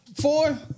four